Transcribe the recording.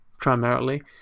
primarily